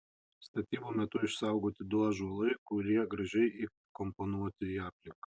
statybų metu išsaugoti du ąžuolai kurie gražiai įkomponuoti į aplinką